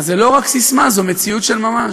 אז זה לא רק ססמה, זו מציאות של ממש,